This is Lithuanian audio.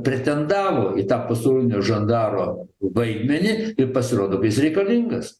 pretendavo į tą pasaulinio žandaro vaidmenį ir pasirodo kad jis reikalingas